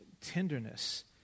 tenderness